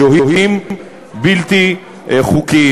בשוהים בלתי חוקיים.